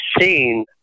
seen